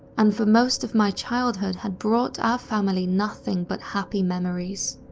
and for most of my childhood had brought our family nothing but happy memories.